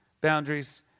Boundaries